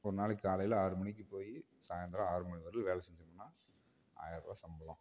ஒரு நாளைக்கு காலையில் ஆறு மணிக்கு போய் சாயந்தரம் ஆறு மணி வரைலும் வேலை செஞ்சோமுனா ஆயர்ரூபா சம்பளம்